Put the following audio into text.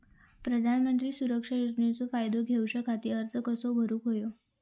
प्रधानमंत्री सुरक्षा योजनेचो फायदो घेऊच्या खाती अर्ज कसो भरुक होयो?